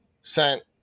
sent